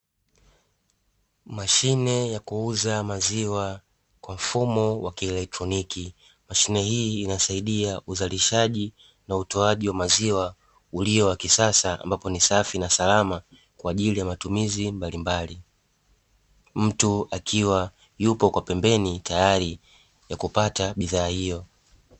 Mashine ya kuuza maziwa kwa mfumo wa kielektroniki, mashine hii inasaidia uzalishaji na utoaji wa maziwa ulio wa kisasa ambapo ni safi na salama kwa matumizi mbalimbali. Mtu akiwa yupo kwa pembeni tayari kwa kupata bidhaa hiyo.